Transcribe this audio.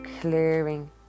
clearing